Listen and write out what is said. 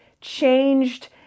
changed